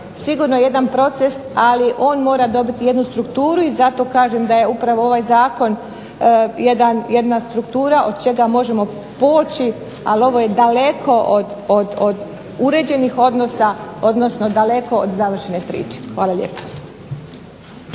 sigurno jedan proces ali on mora dobiti jednu strukturu. I zato kažem da je upravo ovaj zakon jedna struktura od čega možemo poći, ali ovo je daleko od uređenih odnosa odnosno daleko od završene priče. Hvala lijepa.